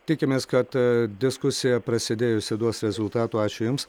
tikimės kad diskusija prasidėjusi duos rezultatų ačiū jums